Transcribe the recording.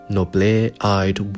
Noble-eyed